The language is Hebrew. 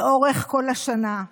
לאורך כל השנה.